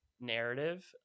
narrative